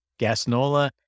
Gasnola